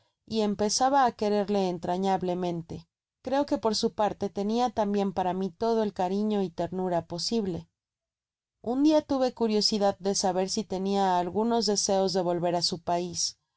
y empezaba á quererle entrañable mente creo que por su parte tenia tambien para mi todo el eariño y ternura posible un dia tuve curiosidad de saber si tenia algunos de seos de volver á su pais